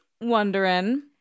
wondering